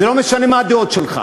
וזה לא משנה מה הדעות שלך.